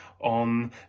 on